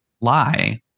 lie